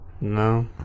No